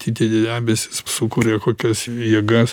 tie tie debesys sukuria kokias jėgas